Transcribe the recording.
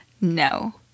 no